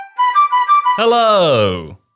Hello